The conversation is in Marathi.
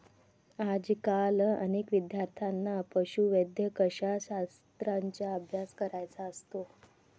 आजकाल अनेक विद्यार्थ्यांना पशुवैद्यकशास्त्राचा अभ्यास करायचा असतो